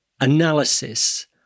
analysis